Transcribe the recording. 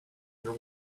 there